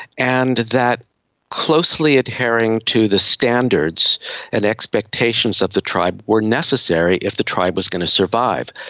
and that closely adhering to the standards and expectations of the tribe were necessary if the tribe was going to survive.